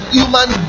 human